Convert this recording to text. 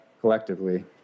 collectively